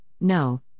no